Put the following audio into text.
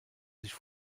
sich